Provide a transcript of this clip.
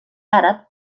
àrab